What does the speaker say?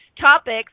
topics